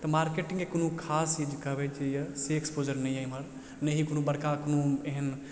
तऽ मार्केटिंगके कोनो खास चीज कहबै जे यऽ से एक्सपोज़र नही यऽ एमहर नहिए कोनो बड़का कोनो एहन